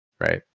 right